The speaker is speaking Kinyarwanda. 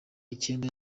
icyenda